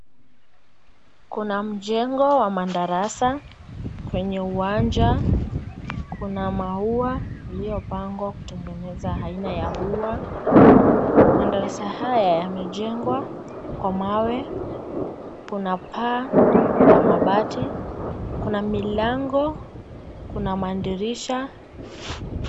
Kuna mjengo wa madarasa kwenye uwanja, kuna maua yaliyopangwa kutengeneza aina ya ua. Madarasa haya yamejengwa kwa mawe, kuna paa la mabati, kuna milango, kuna madirisha.